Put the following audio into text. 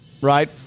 Right